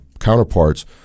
counterparts